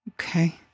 Okay